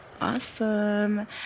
Awesome